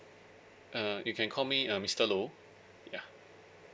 uh you can call me uh mister low ya